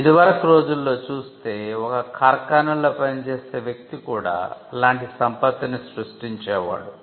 ఇది వరకు రోజుల్లో చూస్తే ఒక ఖార్ఖానాలో పనిచేసే వ్యక్తి కూడా అలాంటి సంపత్తిని సృష్టించేవాడు